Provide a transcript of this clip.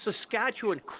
Saskatchewan